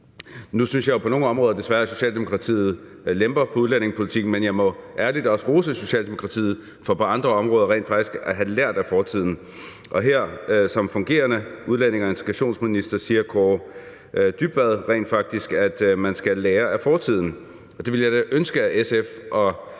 desværre på nogle områder lemper på udlændingepolitikken, men jeg må ærligt også rose Socialdemokratiet for på andre områder rent faktisk at have lært af fortiden. Her siger Kaare Dybvad som fungerende udlændinge- og integrationsminister rent faktisk, at man skal lære af fortiden, og det ville jeg da ønske at SF og